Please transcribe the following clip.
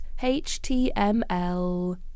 html